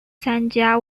参加